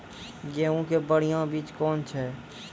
गेहूँ के बढ़िया बीज कौन छ?